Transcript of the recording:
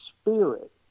spirit